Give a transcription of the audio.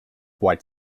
white